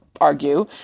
argue